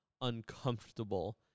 uncomfortable